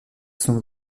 sont